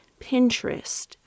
Pinterest